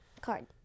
Card